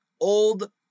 old